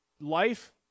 life